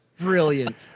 Brilliant